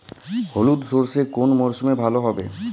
হলুদ সর্ষে কোন মরশুমে ভালো হবে?